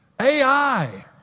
AI